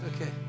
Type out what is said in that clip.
okay